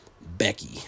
Becky